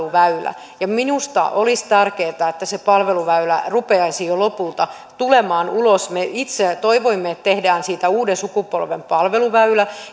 me tarvitsemme sen palveluväylän minusta olisi tärkeätä että se palveluväylä rupeaisi jo lopulta tulemaan ulos kun me itse toivoimme että tehdään siitä uuden sukupolven palveluväylä ja